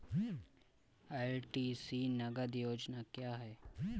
LTC नगद योजना क्या है?